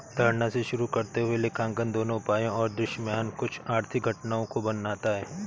धारणा से शुरू करते हुए लेखांकन दोनों उपायों और दृश्यमान कुछ आर्थिक घटनाओं को बनाता है